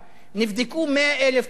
נבדקו 100,000 תיקים